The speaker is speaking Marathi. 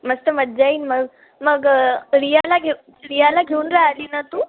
मस्त मज्जा येईन मग मग रियाला घेऊ रियाला घेऊन राहिली ना तू